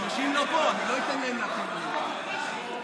יואב,